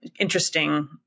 interesting